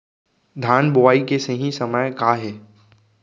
धान बोआई के सही समय का हे?